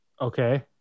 Okay